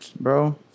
bro